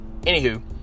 anywho